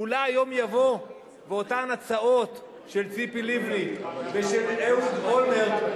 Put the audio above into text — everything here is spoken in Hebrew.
אולי יום יבוא ואותן הצעות של ציפי לבני ושל אהוד אולמרט,